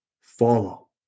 follow